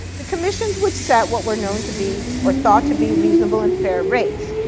the commissions would set what were known to be or thought to be reasonable and fair rates,